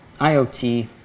iot